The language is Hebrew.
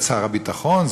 שר הביטחון?